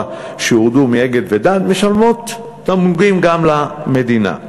שהורדו מ"אגד" ו"דן" משלמות תמלוגים גם למדינה.